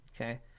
Okay